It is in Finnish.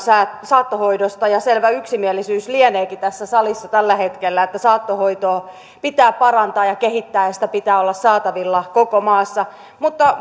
saattohoidosta selvä yksimielisyys lieneekin tässä salissa tällä hetkellä että saattohoitoa pitää parantaa ja kehittää ja sitä pitää olla saatavilla koko maassa mutta